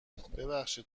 ببخشید